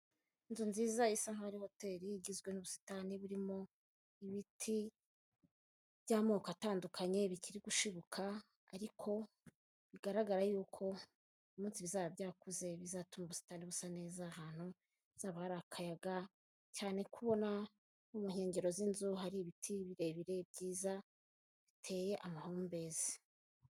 Inzu nziza isa nkaho ari hoteli igizwe n'ubusitani burimo ibiti by'amoko atandukanye bikiri gushibuka ariko bigaragara yuko umunsi bizaba byakuze bizatuma ubusitani busa neza ahantu hazaba hari akayaga cyane kubona mu nkengero z'inzu hari ibiti birebire byiza biteye amahumbezi .